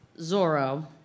Zorro